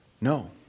No